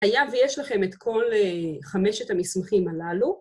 ‫היה ויש לכם את כל חמשת המסמכים הללו.